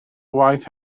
waith